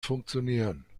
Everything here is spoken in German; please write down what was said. funktionieren